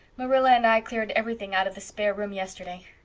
marilla and i cleared everything out of the spare room yesterday.